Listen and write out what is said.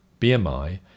BMI